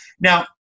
Now